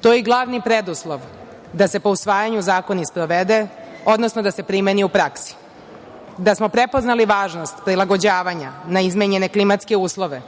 To je i glavni preduslov – da se po usvajanju zakon i sprovede, odnosno da se primeni u praksi. Da smo prepoznali važnost prilagođavanja na izmenjene klimatske uslove